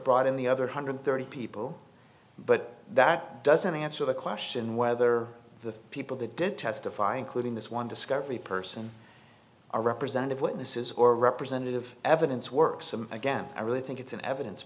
brought in the other hundred thirty people but that doesn't answer the question whether the people that did testify including this one discovery person or representative witnesses or representative evidence works and again i really think it's an evidence